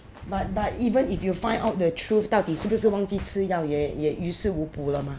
but but even if you find out the truth 到底是不是忘记吃药也也于事无补了 mah